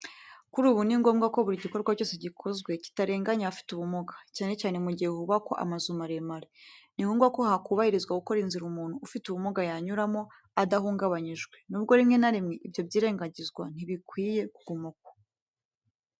Kuri ubu ni ngombwa ko buri gikorwa cyose gikozwe kitarenganya abafite ubumuga, cyane cyane mu gihe hubakwa amazu maremare. Ni ngombwa ko hakubahirizwa gukora inzira umuntu ufite ubumuga yanyuramo adahungabanyijwe. Nubwo rimwe na rimwe ibyo byirengagizwa, ntibikwiye ko biguma uko.